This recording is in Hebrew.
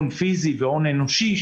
להון פיזי והון אנושי,